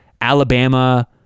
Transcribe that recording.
Alabama